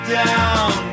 down